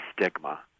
stigma